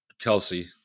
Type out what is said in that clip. Kelsey